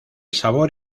sabor